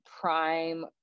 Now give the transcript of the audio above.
prime